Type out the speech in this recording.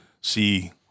see